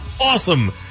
awesome